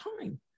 time